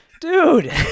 Dude